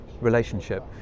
relationship